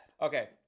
Okay